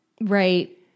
Right